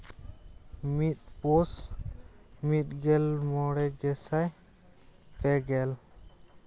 ᱢᱤᱫ ᱯᱳᱥ ᱢᱤᱫᱜᱮᱞ ᱢᱚᱬᱮ ᱜᱮᱥᱟᱭ ᱯᱮᱜᱮᱞ